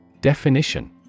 Definition